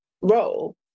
role